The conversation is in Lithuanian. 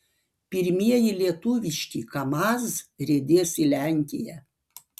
pirmieji lietuviški kamaz riedės į lenkiją